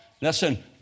Listen